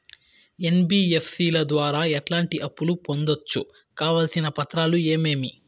NBFC ల ద్వారా ఎట్లాంటి అప్పులు పొందొచ్చు? కావాల్సిన పత్రాలు ఏమేమి?